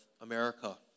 America